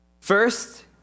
First